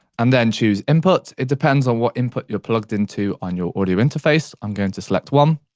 and then choose input, it depends on what input you're plugged into on your audio interface, i'm going to select one.